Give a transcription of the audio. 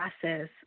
process